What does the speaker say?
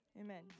Amen